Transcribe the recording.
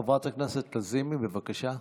חברת הכנסת לזימי, בבקשה.